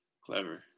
clever